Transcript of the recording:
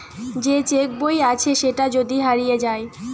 যে চেক বই আছে সেটা যদি হারিয়ে যায়